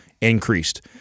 increased